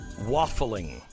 waffling